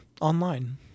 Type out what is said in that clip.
online